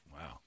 Wow